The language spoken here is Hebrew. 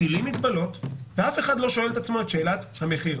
מתירים מגבלות ואף אחד לא שואל את עצמו את שאלת המחיר.